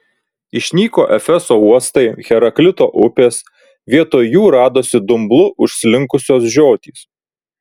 išnyko efeso uostai heraklito upės vietoj jų radosi dumblu užslinkusios žiotys